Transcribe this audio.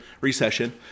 recession